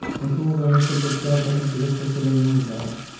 पशुओं का निःशुल्क उपचार पशु चिकित्सा शिविर में होता है